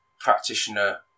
practitioner